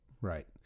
Right